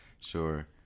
sure